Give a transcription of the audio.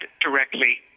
directly